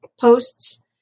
posts